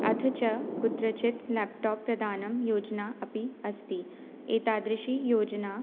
अथ च कुत्रचित् लेप्टाप् प्रदानं योजना अपि अस्ति एतादृशी योजना